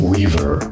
Weaver